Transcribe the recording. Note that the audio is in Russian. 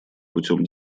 путем